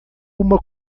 uma